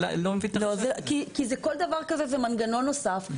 כי כל דבר כזה זה מנגנון נוסף.